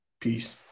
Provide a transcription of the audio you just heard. Peace